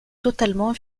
totalement